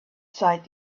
sighed